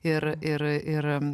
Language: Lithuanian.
ir ir ir